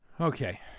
Okay